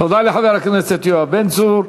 תודה לחבר הכנסת יואב בן צור.